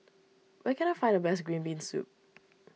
where can I find the best Green Bean Soup